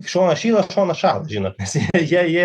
šonas šyla šonas šąla žinot nes jie jie